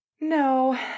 No